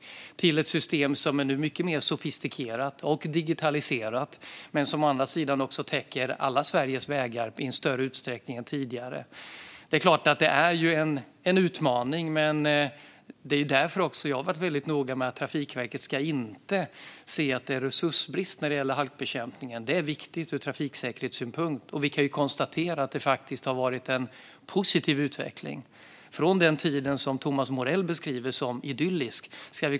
Nu har vi under decennier sett ett skifte till ett system som är mycket mer sofistikerat och digitaliserat men som å andra sidan också täcker alla Sveriges vägar i större utsträckning än tidigare. Det är klart att detta är en utmaning, men det är också därför jag har varit väldigt noga med att Trafikverket inte ska se någon resursbrist när det gäller halkbekämpningen. Det är viktigt ur trafiksäkerhetssynpunkt. Vi kan också konstatera att det faktiskt har varit en positiv utveckling sedan den tid som Thomas Morell beskriver som idyllisk.